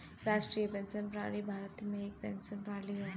राष्ट्रीय पेंशन प्रणाली भारत में एक पेंशन प्रणाली हौ